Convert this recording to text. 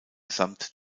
samt